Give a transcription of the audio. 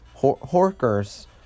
Horkers